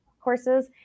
courses